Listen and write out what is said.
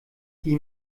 die